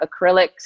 acrylics